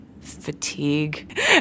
fatigue